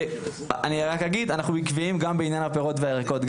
אנחנו עקביים גם בעניין הפירות והירקות.